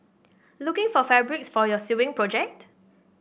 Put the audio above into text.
looking for fabrics for your sewing project